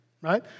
right